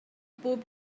bob